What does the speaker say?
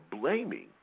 blaming